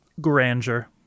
grandeur